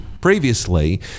previously